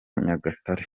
nyagatare